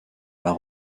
pas